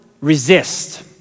resist